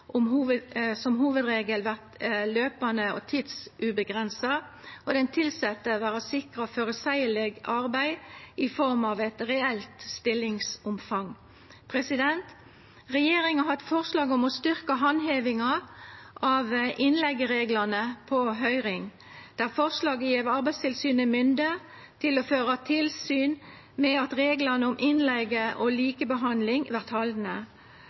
som hovudregel vera løpande og tidsuavgrensa, og den tilsette skal vera sikra føreseieleg arbeid i form av eit reelt stillingsomfang. Regjeringa har på høyring eit forslag om å styrkja handhevinga av innleigereglane. Forslaget gjev Arbeidstilsynet mynde til å føra tilsyn med at reglane om innleige og likebehandling vert